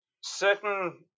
certain